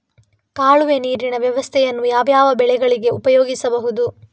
ಕಾಲುವೆ ನೀರಿನ ವ್ಯವಸ್ಥೆಯನ್ನು ಯಾವ್ಯಾವ ಬೆಳೆಗಳಿಗೆ ಉಪಯೋಗಿಸಬಹುದು?